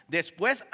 Después